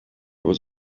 was